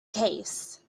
case